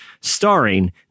starring